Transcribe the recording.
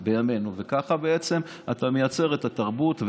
בימינו, וככה בעצם אתה מייצר את התרבות,